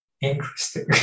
Interesting